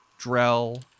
Drell